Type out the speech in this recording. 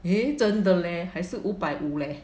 then 真的 leh 还是五百五 leh